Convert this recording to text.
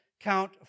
count